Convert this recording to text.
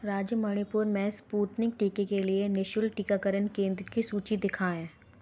राज्य मणिपुर में स्पुतनिक टीके के लिए निःशुल्क टीकाकरण केंद्र की सूची दिखाएँ